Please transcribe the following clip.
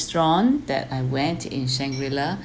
restaurant that I went in Shangri La